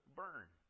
burn